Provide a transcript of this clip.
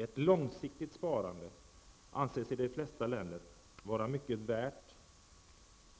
Ett långsiktigt sparande anses i de flesta länder vara mycket